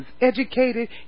educated